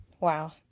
Wow